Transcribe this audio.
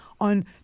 on